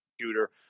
shooter